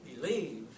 Believe